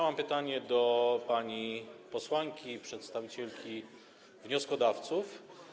Mam pytanie do pani posłanki przedstawicielki wnioskodawców.